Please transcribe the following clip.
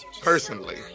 personally